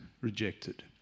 rejected